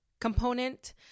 component